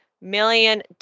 million